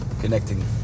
Connecting